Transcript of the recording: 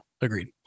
Agreed